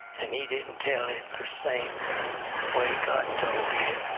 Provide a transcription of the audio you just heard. and he didn't tell it the same way god told it,